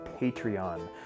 Patreon